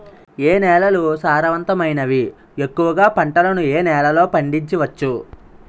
ఏ నేలలు సారవంతమైనవి? ఎక్కువ గా పంటలను ఏ నేలల్లో పండించ వచ్చు?